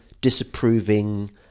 disapproving